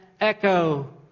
Echo